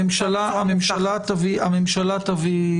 הממשלה תביא